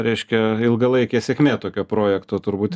reiškia ilgalaikė sėkmė tokio projekto turbūt